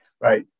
right